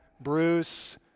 Bruce